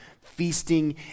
feasting